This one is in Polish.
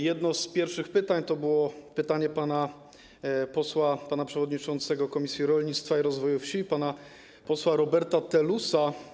Jedno z pierwszych pytań to było pytanie pana przewodniczącego Komisji Rolnictwa i Rozwoju Wsi, pana posła Roberta Telusa.